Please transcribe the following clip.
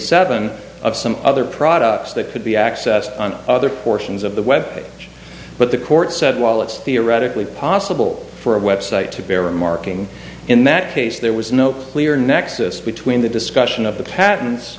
seven of some other products that could be accessed on other portions of the web but the court said while it's theoretically possible for a web site to bear a marking in that case there was no clear nexus between the discussion of the pat